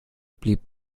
blieb